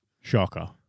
Shocker